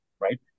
right